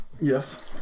Yes